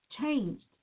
changed